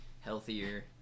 healthier